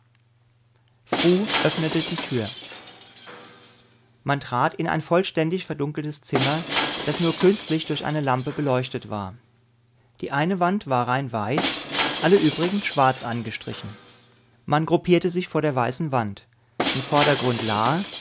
öffnete die tür man trat in ein vollständig verdunkeltes zimmer das nur künstlich durch eine lampe beleuchtet war die eine wand war rein weiß alle übrigen schwarz angestrichen man gruppierte sich vor der weißen wand im vordergrund